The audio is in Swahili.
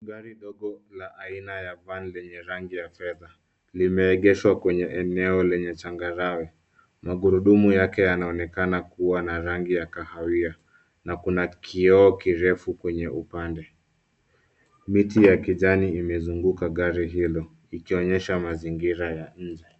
Gari ndogo la aina ya van lenye rangi ya fedha limeegeshwa kwenye eneo lenye changarawe. Magurudumu yake yanaonekana kuwa na rangi ya kahawia na kuna kioo kirefu kwenye upande. Miti ya kijani imezunguka gari hilo ikionyesha mazingira ya nje.